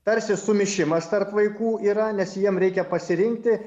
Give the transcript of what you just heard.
tarsi sumišimas tarp vaikų yra nes jiem reikia pasirinkti